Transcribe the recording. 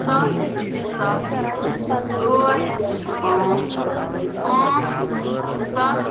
سَتھ سَتھ ٲٹھ پانٛژھ پانٛژھ سَتھ